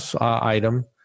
item